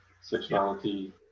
sexuality